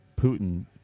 Putin